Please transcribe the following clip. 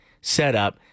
setup